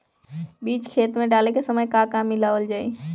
बीज खेत मे डाले के सामय का का मिलावल जाई?